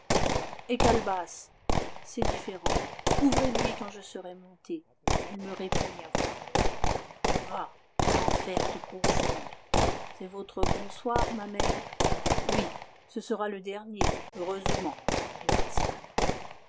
et calebasse c'est différent ouvrez lui quand je serai monté elle me répugne à voir va que l'enfer te confonde c'est votre bonsoir ma mère oui ça sera le dernier heureusement dit martial